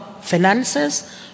finances